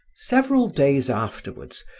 several days afterwards,